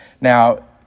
Now